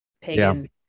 pagan